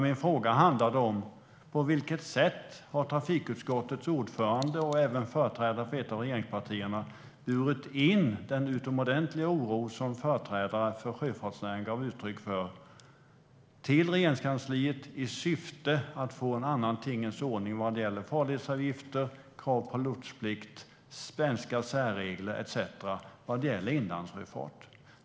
Min fråga var: På vilket sätt har trafikutskottets ordförande och även företrädare för ett av regeringspartierna burit in den utomordentliga oro som företrädare för sjöfartsnäringen gav uttryck för till Regeringskansliet i syfte att få en annan tingens ordning vad gäller farledsavgifter, krav på lotsplikt, svenska särregler etcetera vad gäller inlandssjöfart?